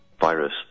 virus